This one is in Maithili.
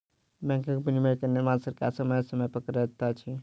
बैंक विनियमन के निर्माण सरकार समय समय पर करैत अछि